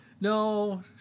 No